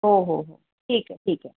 हो हो ठीक आहे ठीक आहे